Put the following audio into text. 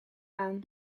aan